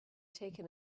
taken